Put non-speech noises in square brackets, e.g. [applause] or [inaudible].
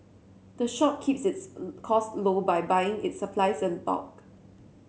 the shop keeps its [hesitation] cost low by buying its supplies in bulk